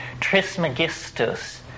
Trismegistus